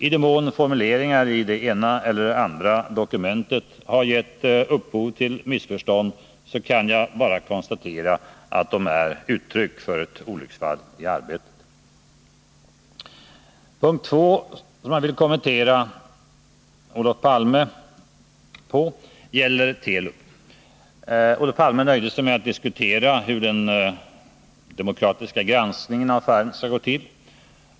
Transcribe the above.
I den mån formuleringar i det ena eller andra dokumentet har gett upphov till missförstånd kan jag bara konstatera att de är uttryck för ett olycksfall i arbetet. Den andra punkten där jag vill kommentera vad Olof Palme sade gäller Telub. Olof Palme nöjde sig med att diskutera hur den demokratiska granskningen av fallet skulle gå till.